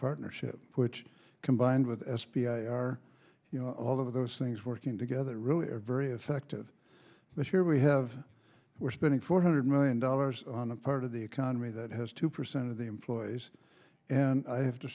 partnership which combined with s p i our you know all of those things working together really are very effective this year we have we're spending four hundred million dollars on a part of the economy that has two percent of the employees and i have to